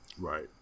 Right